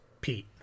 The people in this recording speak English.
Pete